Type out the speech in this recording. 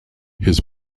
his